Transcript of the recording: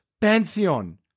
Pantheon